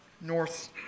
north